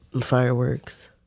fireworks